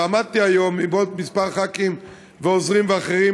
עמדתי היום עם עוד כמה ח"כים ועוזרים ואחרים,